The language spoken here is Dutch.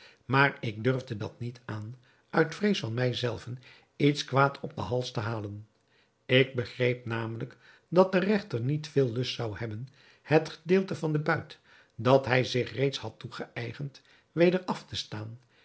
maar ik durfde dat niet aan uit vrees van mij zelven iets kwaad op den hals te halen ik begreep namelijk dat de regter niet veel lust zou hebben het gedeelte van den buit dat hij zich reeds had toegeëigend weder af te staan